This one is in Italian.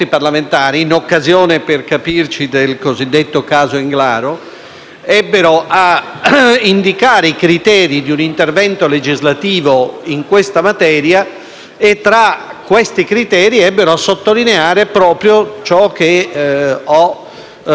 ebbero a indicare i criteri di un intervento legislativo in questa materia e tra questi ebbero a sottolineare proprio ciò che ho detto all'inizio del mio intervento e cioè che idratazione e alimentazione